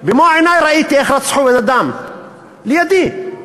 במו-עיני ראיתי איך רצחו אדם, לידי.